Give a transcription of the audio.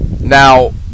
now